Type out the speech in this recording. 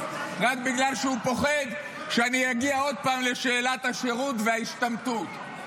רק בגלל שהוא פוחד שאני אגיע עוד פעם לשאלת השירות וההשתמטות.